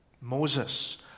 Moses